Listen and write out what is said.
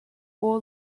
all